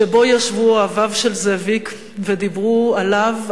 שבו ישבו אוהביו של זאביק ודיברו עליו,